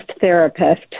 therapist